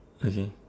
okay